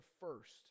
first